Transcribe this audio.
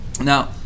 Now